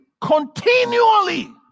continually